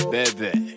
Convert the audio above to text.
Baby